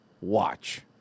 Watch